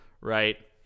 right